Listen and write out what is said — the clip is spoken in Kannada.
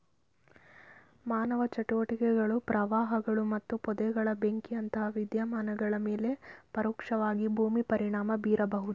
ಮಾನವ ಚಟುವಟಿಕೆಗಳು ಪ್ರವಾಹಗಳು ಮತ್ತು ಪೊದೆಗಳ ಬೆಂಕಿಯಂತಹ ವಿದ್ಯಮಾನಗಳ ಮೇಲೆ ಪರೋಕ್ಷವಾಗಿ ಭೂಮಿ ಪರಿಣಾಮ ಬೀರಬಹುದು